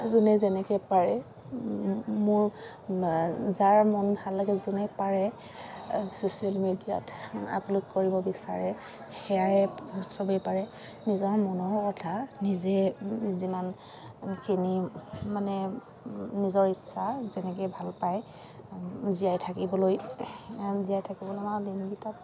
যোনে যেনেকৈ পাৰে মোৰ যাৰ মন ভাল লাগে যোনে পাৰে ছ'চিয়েল মিডিয়াত আপলোড কৰিব বিচাৰে সেয়া চবেই পাৰে নিজৰ মনৰ কথা নিজে যিমানখিনি মানে নিজৰ ইচ্ছা যেনেকৈ ভাল পায় জীয়াই থাকিবলৈ জীয়াই থাকিবলৈ নমৰা দিনকেইটাক